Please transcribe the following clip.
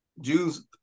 Jews